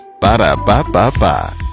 Ba-da-ba-ba-ba